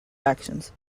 actions